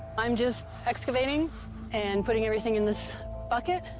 i'm just excavating and putting everything in this bucket,